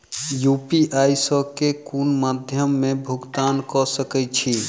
UPI सऽ केँ कुन मध्यमे मे भुगतान कऽ सकय छी?